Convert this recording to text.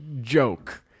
joke